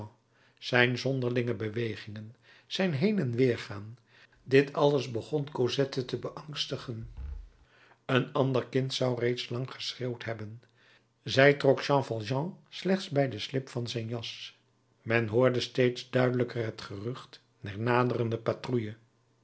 zijn zonderlinge bewegingen zijn heen en weer gaan dit alles begon cosette te beangstigen een ander kind zou reeds lang geschreeuwd hebben zij trok jean valjean slechts bij den slip van zijn jas men hoorde steeds duidelijker het gerucht der